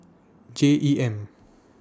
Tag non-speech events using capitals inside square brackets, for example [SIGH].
[NOISE] J E M